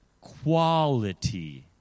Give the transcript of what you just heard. Quality